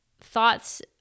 Thoughts